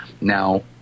Now